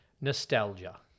nostalgia